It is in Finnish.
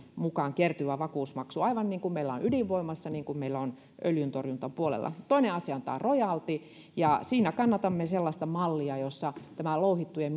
mukaan kertyvä vakuusmaksu aivan niin kuin meillä on ydinvoimassa niin kuin meillä öljyntorjuntapuolella toinen asia on tämä rojalti siinä kannatamme sellaista mallia jossa tämä louhittujen